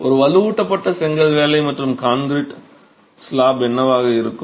ஒரு வலுவூட்டப்பட்ட செங்கல் வேலை மற்றும் கான்கிரீட் ஸ்லாப் என்னவாக இருக்கும்